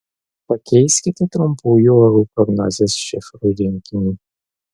pakeiskite trumpųjų orų prognozės šifrų rinkinį